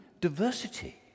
diversity